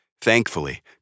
Thankfully